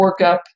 workup